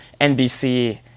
NBC